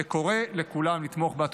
וקורא לכולם לתמוך בה.